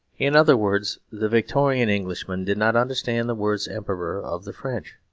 in other words, the victorian englishman did not understand the words emperor of the french.